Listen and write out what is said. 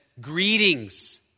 greetings